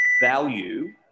value